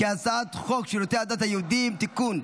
הצעת חוק שירותי הדת היהודיים (תיקון,